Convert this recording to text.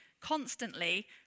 constantly